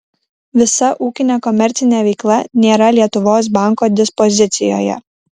visa ūkinė komercinė veikla nėra lietuvos banko dispozicijoje